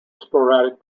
sporadic